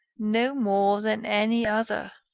no more than any other.